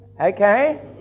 Okay